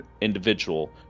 individual